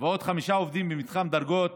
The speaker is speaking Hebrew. ועוד חמישה עובדים במתחם דרגות